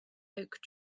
oak